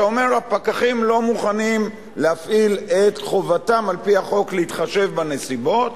אתה אומר: הפקחים לא מוכנים להפעיל את חובתם על-פי החוק להתחשב בנסיבות,